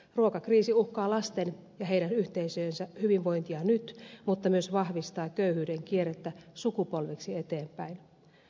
ruokakriisi uhkaa lasten ja heidän yhteisöjensä hyvinvointia nyt mutta myös vahvistaa köyhyyden kierrettä sukupolviksi eteenpäin